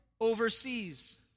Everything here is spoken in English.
overseas